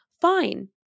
Fine